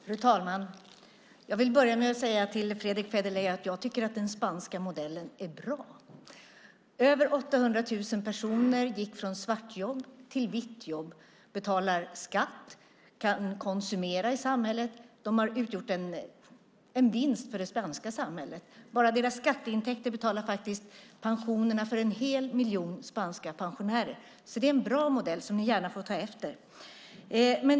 Fru talman! Jag vill börja med att säga till Fredrick Federley att jag tycker att den spanska modellen är bra. Över 800 000 personer gick från svartjobb till vitt jobb. De betalar skatt, kan konsumera i samhället och har utgjort en vinst för det spanska samhället. Bara deras skatteintäkter betalar pensionerna för en hel miljon spanska pensionärer. Det är alltså en bra modell som ni gärna får ta efter.